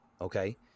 okay